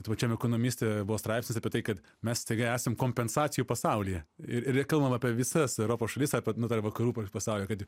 pačiam ekonomiste buvo straipsnis apie tai kad mes staiga esam kompensacijų pasaulyje ir ir kalbam apie visas europos šalis apie nu dar vakarų pasaulį kad